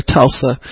Tulsa